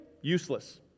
useless